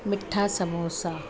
मिठा समोसा